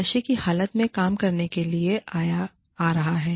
नशे की हालत में काम करने के लिए आ रहा है